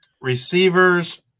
receivers